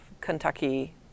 Kentucky